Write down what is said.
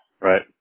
Right